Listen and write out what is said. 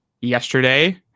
yesterday